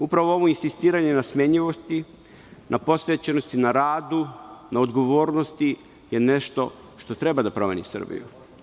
Upravo ovo insistiranje na smenjivosti, na posvećenosti, na radu, na odgovornosti, je nešto što treba da promeni Srbiju.